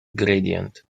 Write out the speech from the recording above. gradient